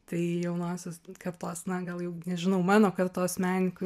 tai jaunosios kartos na gal jau nežinau mano kartos menininkų